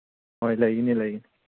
ꯍꯣꯏ ꯂꯩꯒꯅꯤ ꯂꯩꯒꯅꯤ